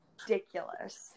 ridiculous